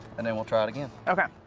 and then we'll try it again. okay.